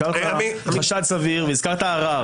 הזכרת חשד סביר והזכרת ערר.